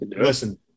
Listen